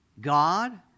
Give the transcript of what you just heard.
God